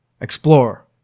Explore